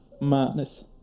Madness